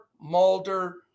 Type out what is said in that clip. Mulder